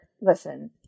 listen